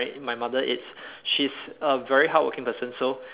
right my mother it's she's a very hardworking person